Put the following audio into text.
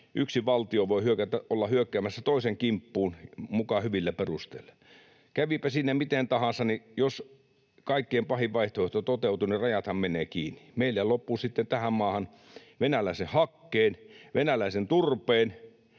yksi valtio voi olla hyökkäämässä toisen kimppuun muka hyvillä perusteilla. Kävipä siinä miten tahansa, mutta jos kaikkein pahin vaihtoehto toteutuu, niin rajathan menevät kiinni. Meillä loppuu sitten tähän maahan venäläisen hakkeen, venäläisen turpeen,